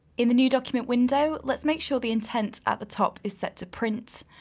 in the new document window, let's make sure the intent at the top is set to print.